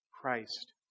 Christ